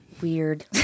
weird